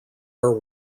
are